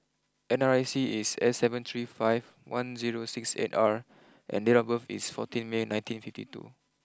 N R I C is S seven three five one zero six eight R and date of birth is fourteen May nineteen fifty two